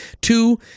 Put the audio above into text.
Two